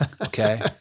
Okay